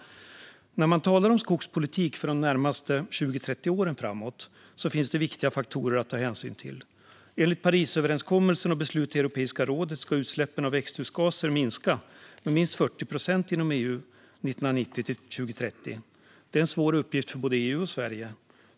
När man talar om skogspolitik för de närmaste 20-30 åren framåt finns det viktiga faktorer att ta hänsyn till. Enligt Parisöverenskommelsen och beslut i Europeiska rådet ska utsläppen av växthusgaser minska med minst 40 procent inom EU 1990-2030. Det är en svår uppgift för både EU och Sverige.